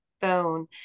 phone